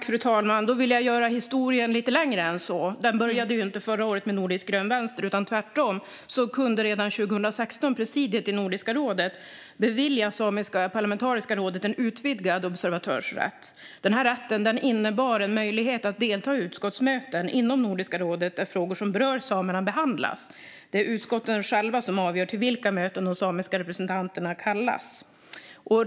Fru talman! Då vill jag göra historien lite längre än så. Den började ju inte alls förra året med Nordisk grön vänster. Redan 2016 kunde presidiet i Nordiska rådet bevilja Samiskt parlamentariskt råd en utvidgad observatörsrätt, vilket innebar en möjlighet att delta i utskottsmöten inom Nordiska rådet där frågor som berör samerna behandlas. Det är utskotten själva som avgör till vilka möten de samiska representanterna ska kallas.